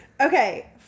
Okay